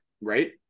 right